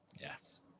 Yes